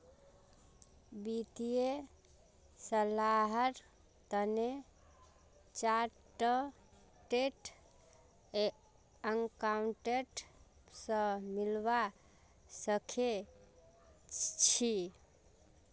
वित्तीय सलाहर तने चार्टर्ड अकाउंटेंट स मिलवा सखे छि